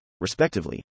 respectively